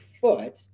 foot